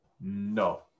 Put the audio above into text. No